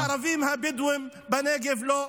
לערבים הבדואים בנגב לא.